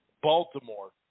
Baltimore